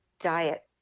Diet